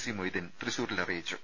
C Moideen തൃശൂരിൽ അറിയിച്ചു